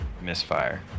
misfire